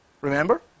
remember